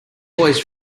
boys